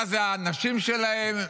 מה זה הנשים שלהם,